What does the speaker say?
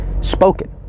spoken